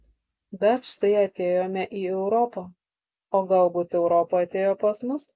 bet štai atėjome į europą o galbūt europa atėjo pas mus